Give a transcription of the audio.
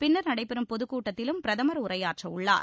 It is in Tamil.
பின்னர் நடைபெறும் பொதுக்கூட்டத்திலும் பிரதமர் உரையாற்றவுள்ளார்